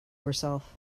herself